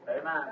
Amen